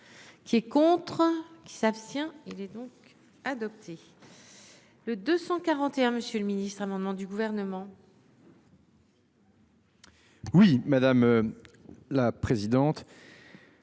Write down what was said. Qui est contre qui s'abstient. Il est donc adopté. Le 241. Monsieur le Ministre, amendement du gouvernement. Oui madame. La présidente.